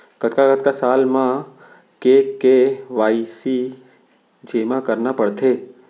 कतका कतका साल म के के.वाई.सी जेमा करना पड़थे?